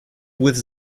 with